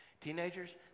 Teenagers